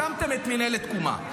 הקמתם את מינהלת תקומה,